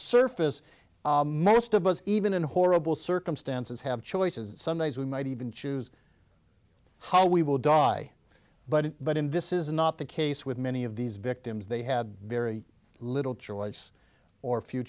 surface most of us even in horrible circumstances have choices some days we might even choose how we will die but but in this is not the case with many of these victims they had very little choice or few